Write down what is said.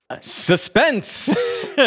Suspense